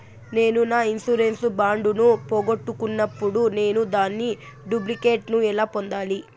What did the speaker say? నేను నా insurance bond ను పోగొట్టుకున్నప్పుడు నేను దాని డూప్లికేట్ ను ఎలా పొందాలి?